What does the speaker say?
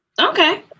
Okay